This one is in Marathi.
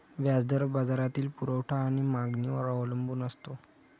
व्याज दर बाजारातील पुरवठा आणि मागणीवर अवलंबून असतो